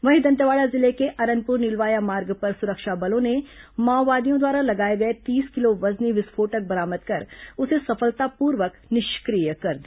वहीं दंतेवाड़ा जिले के अरनपुर नीलवाया मार्ग पर सुरक्षा बलों ने माओवादियों द्वारा लगाए गए तीस किलो वजनी विस्फोटक बरामद कर उसे सफलतापूर्वक निष्क्रिय कर दिया